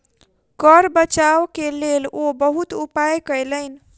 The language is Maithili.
कर बचाव के लेल ओ बहुत उपाय कयलैन